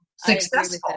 successful